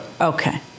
Okay